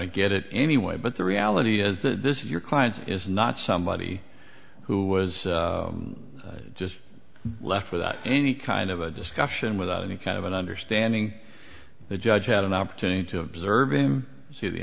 to get it anyway but the reality is that this is your client is not somebody who was just left without any kind of a discussion without any kind of an understanding the judge had an opportunity to observe him see the